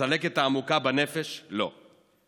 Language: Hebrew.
הצלקת העמוקה בנפש, לא.